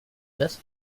best